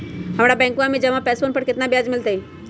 हम्मरा बैंकवा में जमा पैसवन पर कितना ब्याज मिलतय?